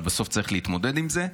אבל בסוף צריך להתמודד עם זה,